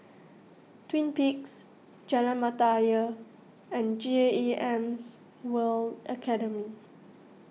Twin Peaks Jalan Mata Ayer and GAEMs World Academy